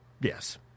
Yes